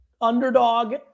underdog